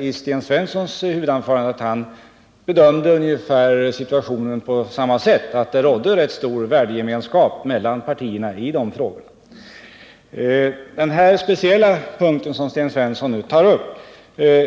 I Sten Svenssons huvudanförande kunde jag notera att han bedömde situationen på ungefär samma sätt. Det råder stor värdegemenskap mellan partierna i den här frågan. Den speciella punkt Sten Svensson nu tar upp